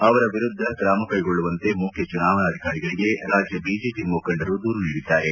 ಅವರ ವಿರುದ್ದ ಕ್ರಮ ಕೈಗೊಳ್ಳುವಂತೆ ಮುಖ್ಯ ಚುನಾವಣಾ ಅಧಿಕಾರಿಗಳಿಗೆ ರಾಜ್ಯ ಬಿಜೆಪಿ ಮುಖಂಡರು ದೂರು ನೀಡಿದ್ದಾರೆ